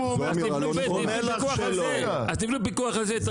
אם הוא אומר לך --- אתם בפיקוח על זה.